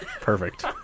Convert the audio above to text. Perfect